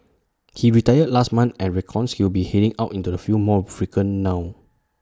he retired last month and reckons he will be heading out into the field more frequently now